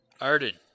Arden